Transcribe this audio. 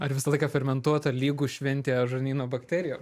ar visą laiką fermentuota lygu šventė žarnyno bakterijoms